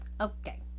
Okay